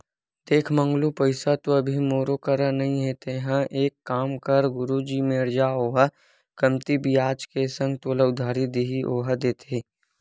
देख मंगलू पइसा तो अभी मोरो करा नइ हे तेंहा एक काम कर गुरुजी मेर जा ओहा कमती बियाज के संग तोला उधारी दिही ओहा देथे